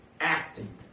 acting